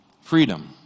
freedom